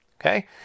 Okay